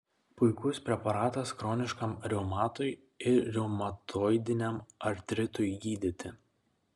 puikus preparatas chroniškam reumatui ir reumatoidiniam artritui gydyti